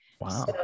Wow